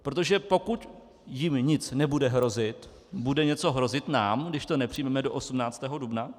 Protože pokud jim nic nebude hrozit, bude něco hrozit nám, když to nepřijmeme do 18. dubna?